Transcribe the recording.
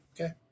Okay